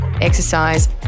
exercise